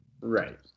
Right